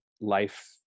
life